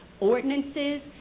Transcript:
Ordinances